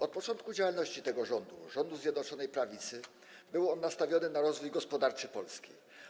Od początku działalności ten rząd, rząd Zjednoczonej Prawicy, był nastawiony na rozwój gospodarczy Polski.